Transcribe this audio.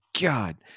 God